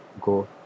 go